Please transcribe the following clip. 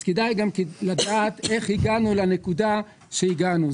כדאי גם לדעת איך הגענו לנקודה שהגענו.